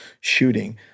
shooting